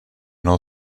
nog